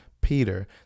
peter